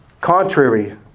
contrary